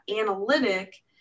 analytic